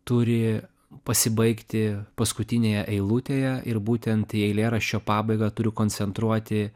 turi pasibaigti paskutinėje eilutėje ir būtent į eilėraščio pabaigą turiu koncentruoti